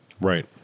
Right